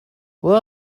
where